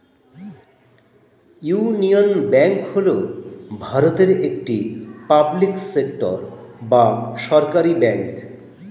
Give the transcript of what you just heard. union Bank হল ভারতের একটি পাবলিক সেক্টর বা সরকারি ব্যাঙ্ক